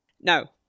no